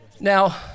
Now